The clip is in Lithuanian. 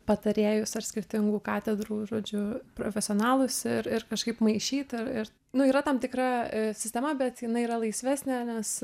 patarėjus ar skirtingų katedrų žodžiu profesionalūs ir ir kažkaip maišyt ir ir nu yra tam tikra sistema bet jinai yra laisvesnė nes